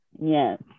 Yes